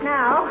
Now